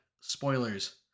spoilers